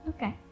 Okay